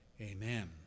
amen